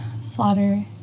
slaughter